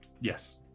yes